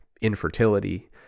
infertility